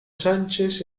sánchez